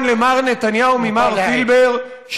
למר נתניהו ממר פילבר,